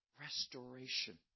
Restoration